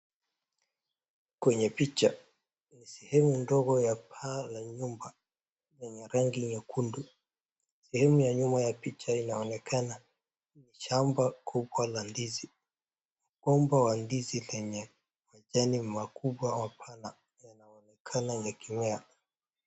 Kwenye picha ni sehemu ndogo ya paa la nyumba lenye rangi nyekundu. Sehemu ya nyuma ya picha inaonekana shamba kubwa la ndizi. Mgomba wa ndizi lenye majani makubwa mapana yanaonekana yakimea.